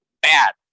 Bad